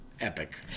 epic